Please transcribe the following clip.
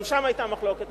גם שם היתה מחלוקת,